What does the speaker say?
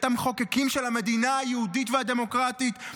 בית המחוקקים של המדינה היהודית והדמוקרטית,